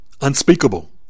Unspeakable